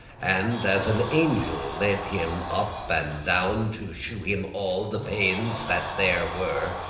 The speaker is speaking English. and, as an angel led him up and down, to shew him all the paines that there were,